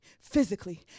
physically